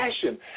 passion